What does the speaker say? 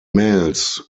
males